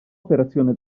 operazione